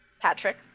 Patrick